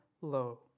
low